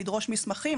לדרוש מסמכים,